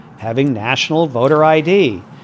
having national voter i d.